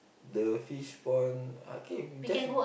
the fish pond I think you just